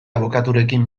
abokaturekin